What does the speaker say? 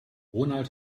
ronald